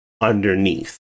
underneath